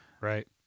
Right